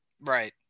Right